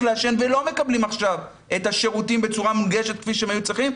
לעשן ולא מקבלים עכשיו את השירותים בצורה מונגשת כפי שהם היו צריכים,